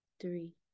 three